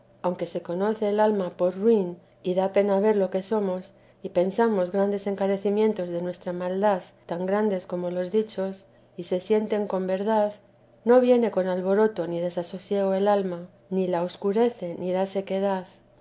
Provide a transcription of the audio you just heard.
aunque se conoce el alma por ruin y da pena ver lo que somos y pensamos grandes encarecimientos de nuestra maldad tan grandes como los dichos y se sienten con verdad no viene con alboroto ni desasosiega el alma ni la escurece ni da sequedad